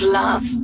love